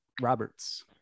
Roberts